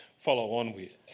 follow on with.